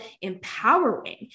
empowering